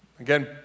Again